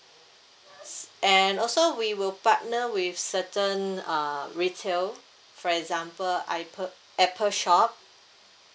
s~ and also we will partner with certain uh retail for example i~ ~ pple apple shop